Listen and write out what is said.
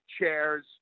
chairs